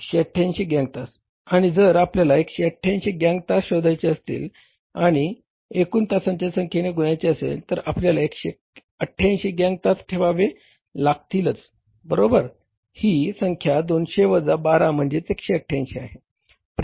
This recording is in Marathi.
188 गॅंग तास आणि जर आपल्याला 188 गॅंग तास शोधायचे असतील आणि एकूण तासाच्या संख्येने गुणायचे असेल तर आपल्याला 188 गॅंग तास ठेवावे लागतील बरोबर ही संख्या 200 वजा 12 म्हणजेच 188 आहे